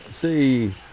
See